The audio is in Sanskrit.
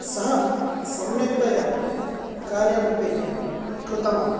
स सम्यक्तया कार्यमपि कृतवान्